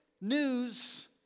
news